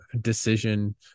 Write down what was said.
decision